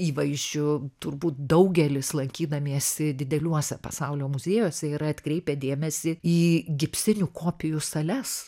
įvaizdžiu turbūt daugelis lankydamiesi dideliuose pasaulio muziejuose yra atkreipę dėmesį į gipsinių kopijų sales